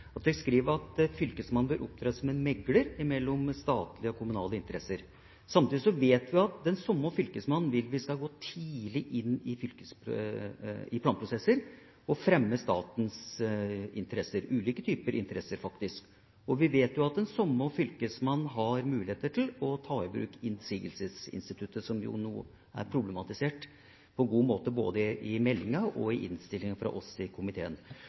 litt. Høyre skriver at Fylkesmannen bør opptre som megler i konflikter mellom statlige og kommunale interesser. Samtidig vil vi at den samme fylkesmannen skal gå tidlig inn i planprosesser og fremme statens interesser – ulike typer interesser, faktisk. Vi vet jo at den samme fylkesmannen har mulighet til å ta i bruk innsigelsesinstituttet, som er problematisert på en god måte både i meldinga og i innstillinga fra oss i komiteen.